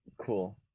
cool